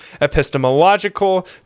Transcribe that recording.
epistemological